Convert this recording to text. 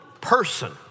person